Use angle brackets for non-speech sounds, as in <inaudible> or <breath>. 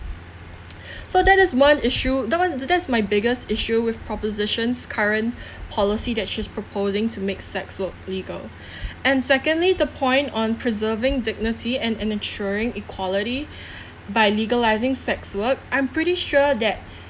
<breath> so that is one issue that one that's my biggest issue with proposition's current <breath> policy that she's proposing to make sex work legal <breath> and secondly the point on preserving dignity and ensuring equality <breath> by legalising sex work i'm pretty sure that